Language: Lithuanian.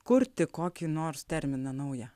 kurti kokį nors terminą naują